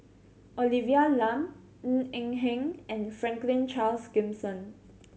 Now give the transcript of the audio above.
Olivia Lum Ng Eng Hen and Franklin Charles Gimson